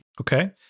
Okay